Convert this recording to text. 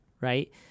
right